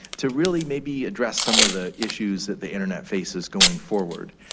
to really maybe address some of the issues that the internet faces going forward.